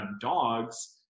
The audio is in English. dogs